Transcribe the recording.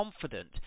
confident